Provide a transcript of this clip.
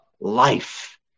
Life